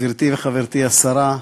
גברתי וחברתי השרה,